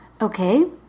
Okay